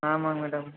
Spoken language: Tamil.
ஆமாம் மேடம்